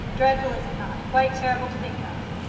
dreadful is it not? quite terrible to think of!